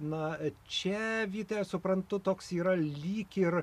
na čia vytai aš suprantu toks yra lyg ir